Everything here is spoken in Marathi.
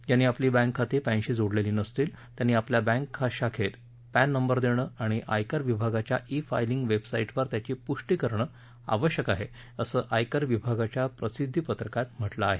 ज्यांनी आपली बँक खाती पॅनशी जोडलेली नसतील त्यानी आपल्या बॅकेच्या शाखेत पॅन नंबर देणं आणि आयकर विभागाच्या ई फा लिंग वेबसा डेवर त्यांची पुष्टी करणं आवश्यक आहे असं आयकर विभागाच्या प्रसिद्ध पत्रकात म्हटलं आहे